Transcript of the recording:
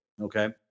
okay